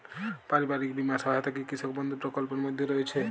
পারিবারিক বীমা সহায়তা কি কৃষক বন্ধু প্রকল্পের মধ্যে রয়েছে?